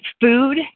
food